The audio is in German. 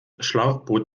schlauchboot